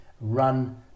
run